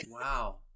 Wow